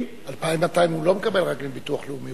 2,200 הוא לא מקבל רק מביטוח לאומי.